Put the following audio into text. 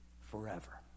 forever